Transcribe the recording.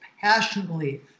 passionately